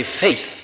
faith